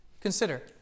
Consider